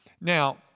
Now